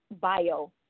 bio